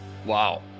Wow